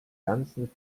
ganzen